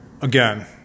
Again